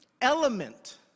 element